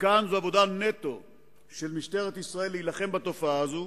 זו עבודה נטו של משטרת ישראל, להילחם בתופעה הזאת,